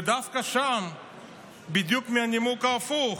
ודווקא שם, בדיוק מהנימוק ההפוך,